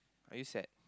are you sad